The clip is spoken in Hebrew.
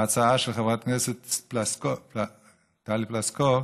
ההצעה של חברת הכנסת טלי פלוסקוב,